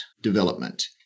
development